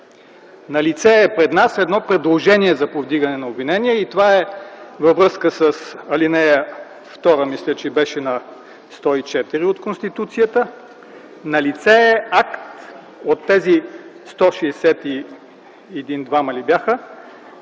налице едно предложение за повдигане на обвинение и това е във връзка с ал. 2, мисля, че беше на чл. 104 от Конституцията. Налице е акт от тези 161-2-ма ли бяха,